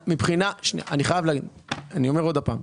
אני אומר שוב.